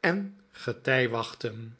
en getij wachten